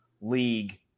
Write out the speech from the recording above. league